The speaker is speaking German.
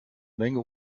menge